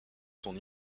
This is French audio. son